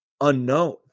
unknown